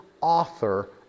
author